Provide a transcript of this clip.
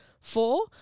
Four